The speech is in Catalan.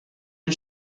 han